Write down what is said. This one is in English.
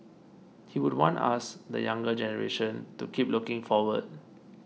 he would want us the younger generation to keep looking forward